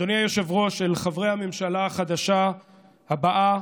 אדוני היושב-ראש, אל חברי הממשלה החדשה הבאה,